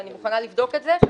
ואני מוכנה לבדוק את זה,